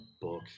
book